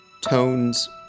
tones